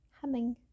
humming